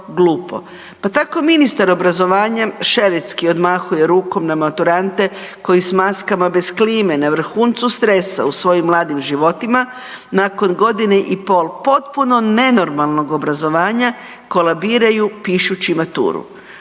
Pa tako ministar obrazovanja šeretski odmahuje rukom na maturante koji s maskama bez klime na vrhuncu stresa u svojim mladim životima nakon godine i pol potpuno nenormalnog obrazovanja kolabiraju pišući maturu.